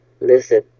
Listen